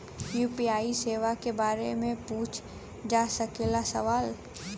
UPI सेवा के बारे में पूछ जा सकेला सवाल?